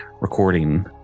recording